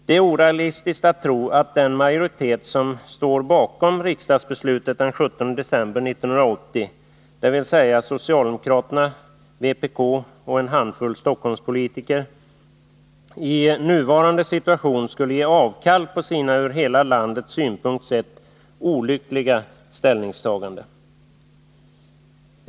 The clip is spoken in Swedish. Det är orealistiskt att tro att den majoritet som står bakom riksdagsbeslutet den 17 december 1980 — dvs. socialdemokraterna, vpk och en handfull Stockholmspolitiker — i nuvarande situation skulle ge avkall på sina ur hela landets synpunkt sett olyckliga ställningstaganden.